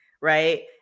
right